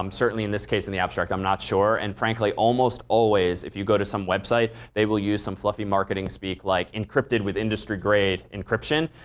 um certainly in this case in the abstract i'm not sure. and frankly almost always if you go to some website, they will use some fluffy marketing speak like, encrypted with industry-grade encryption.